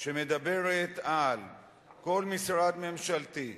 שמדברת על כל משרד ממשלתי,